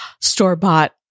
store-bought